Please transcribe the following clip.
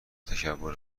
تکبر